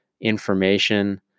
information